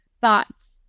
thoughts